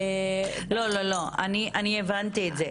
לא, אני הבנתי את זה.